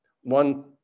one